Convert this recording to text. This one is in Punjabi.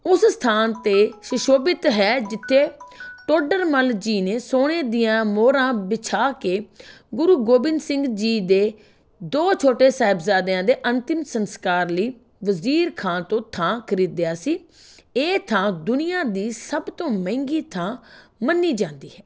ਉਸ ਸਥਾਨ 'ਤੇ ਸੁਸ਼ੋਭਿਤ ਹੈ ਜਿੱਥੇ ਟੋਡਰ ਮੱਲ ਜੀ ਨੇ ਸੋਨੇ ਦੀਆਂ ਮੋਹਰਾਂ ਵਿਛਾ ਕੇ ਗੁਰੂ ਗੋਬਿੰਦ ਸਿੰਘ ਜੀ ਦੇ ਦੋ ਛੋਟੇ ਸਾਹਿਬਜ਼ਾਦਿਆਂ ਦੇ ਅੰਤਿਮ ਸੰਸਕਾਰ ਲਈ ਵਜ਼ੀਰ ਖਾਂ ਤੋਂ ਥਾਂ ਖਰੀਦਿਆ ਸੀ ਇਹ ਥਾਂ ਦੁਨੀਆ ਦੀ ਸਭ ਤੋਂ ਮਹਿੰਗੀ ਥਾਂ ਮੰਨੀ ਜਾਂਦੀ ਹੈ